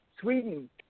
Sweden